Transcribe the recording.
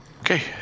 Okay